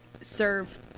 serve